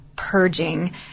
purging